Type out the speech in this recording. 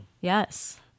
Yes